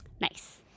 Nice